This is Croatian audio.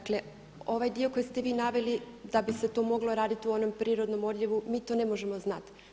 Dakle ovaj dio koji ste vi naveli da bi se to moglo raditi u onom prirodnom odljevu mi to ne možemo znati.